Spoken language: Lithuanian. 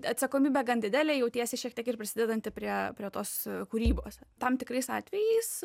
atsakomybė gan didelė jautiesi šiek tiek ir prisidedanti prie prie tos kūrybos tam tikrais atvejais